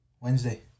Wednesday